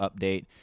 update